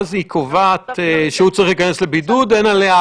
רשאי לקבוע כללים מכוח סעיף 11 לחוק שירות הביטחון הכללי בדבר